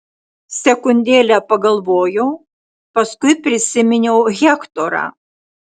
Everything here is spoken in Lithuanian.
sekundėlę pagalvojau paskui prisiminiau hektorą